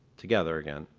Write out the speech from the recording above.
together again.